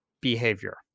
behavior